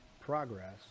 progress